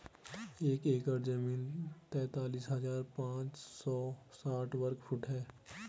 एक एकड़ जमीन तैंतालीस हजार पांच सौ साठ वर्ग फुट है